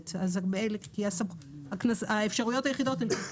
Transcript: יהיו לנו עוד כמה שינויים מן הסוג